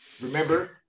Remember